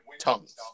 Tongues